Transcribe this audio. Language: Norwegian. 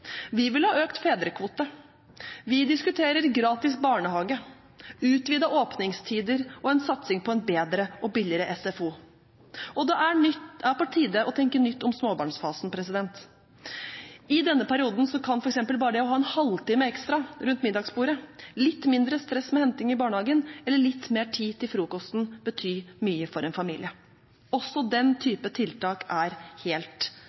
Vi vil ha økt fedrekvote. Vi diskuterer gratis barnehage, utvidede åpningstider og en satsing på en bedre og billigere SFO. Det er på tide å tenke nytt om småbarnsfasen. I denne perioden kan f.eks. bare det å ha en halvtime ekstra rundt middagsbordet, litt mindre stress med henting i barnehagen eller litt mer tid til frokosten bety mye for en familie. Også den typen tiltak er helt